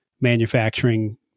manufacturing